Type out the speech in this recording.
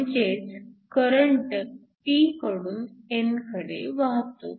म्हणजेच current p कडून n कडे वाहतो